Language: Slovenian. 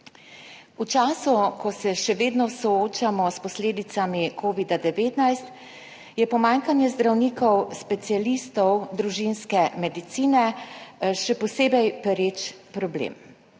V času, ko se še vedno soočamo s posledicami COVID-19, je pomanjkanje zdravnikov specialistov družinske medicine še posebej pereč problem.